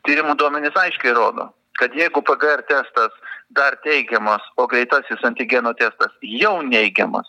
tyrimų duomenys aiškiai rodo kad jeigu pgr testas dar teigiamas o greitasis antigeno testas jau neigiamas